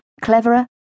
cleverer